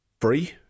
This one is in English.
free